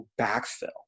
backfill